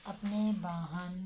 अपने वाहन